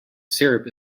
syrup